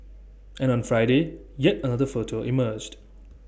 and on Friday yet another photo emerged